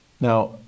Now